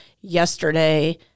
yesterday